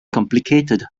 complicated